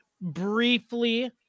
briefly